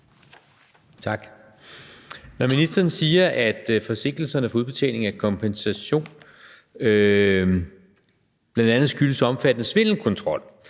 (V): Når ministeren siger, at forsinkelserne for udbetaling af kompensation bl.a. skyldes omfattende svindelkontrol,